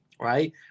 Right